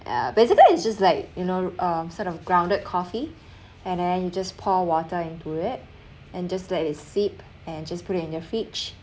yeah basically it's just like you know um sort of grounded coffee and then you just pour water into it and just let it seep and just put it in your fridge